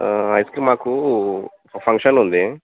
ice cream మాకు ఫ function ఉంది